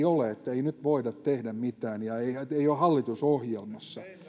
ole että ei nyt voida tehdä mitään ja ei ole hallitusohjelmassa